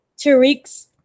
Tariq's